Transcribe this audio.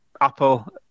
Apple